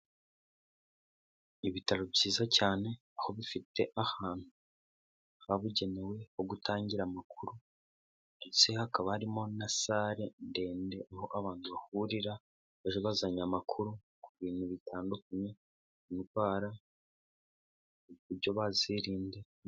Ibitaro byiza cyane aho bifite ahantu hababugenewe ho gutangira amakuru ndetse hakaba harimo na sale ndende aho abantu bahurira baje bazanye amakuru ku bintu bitandukanye indwara ,uburyo bazirinda.